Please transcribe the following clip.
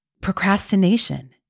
Procrastination